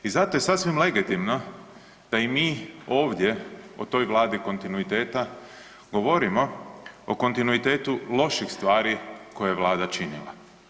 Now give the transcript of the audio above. I zato je sasvim legitimno da i mi ovdje o toj vladi kontinuiteta govorimo o kontinuitetu loših stvari koje je vlada činila.